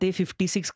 56